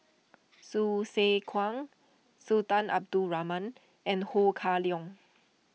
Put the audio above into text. Hsu Tse Kwang Sultan Abdul Rahman and Ho Kah Leong